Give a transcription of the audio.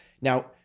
Now